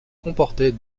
comportait